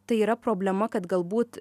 tai yra problema kad galbūt